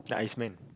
the ice man